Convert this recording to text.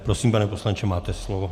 Prosím, pane poslanče, máte slovo.